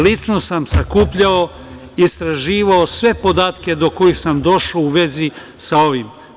Lično sam sakupljao, istraživao sve podatke do kojih sam došao u vezi sa ovim.